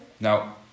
now